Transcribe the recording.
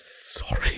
Sorry